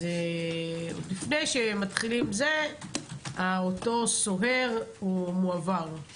לפני שמתחילים, אותו סוהר מועבר.